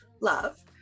love